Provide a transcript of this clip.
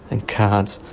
and cards,